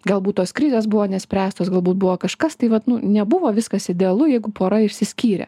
galbūt tos krizės buvo nespręstos galbūt buvo kažkas tai vat nu nebuvo viskas idealu jeigu pora išsiskyrė